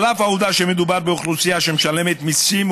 אף שמדובר באוכלוסייה שמשלמת מיסים